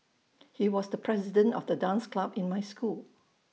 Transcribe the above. he was the president of the dance club in my school